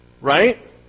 right